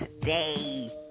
today